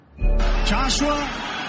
Joshua